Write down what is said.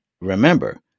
remember